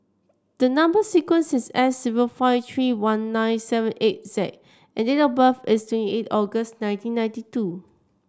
the number sequence is S zero five three one nine seven eight Z and date of birth is twenty eight August nineteen ninety two